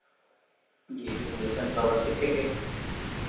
जी बिल्कुल सनफ़्लावर कितने पीस